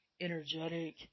energetic